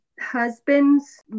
husband's